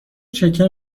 چکه